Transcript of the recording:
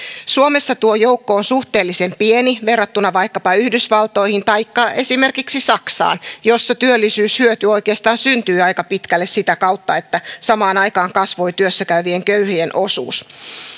suomessa tuo joukko on suhteellisen pieni verrattuna vaikkapa yhdysvaltoihin taikka esimerkiksi saksaan jossa työllisyyshyöty oikeastaan syntyi aika pitkälle sitä kautta että samaan aikaan kasvoi työssä käyvien köyhien osuus